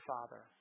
Father